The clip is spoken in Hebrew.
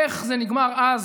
איך זה נגמר אז,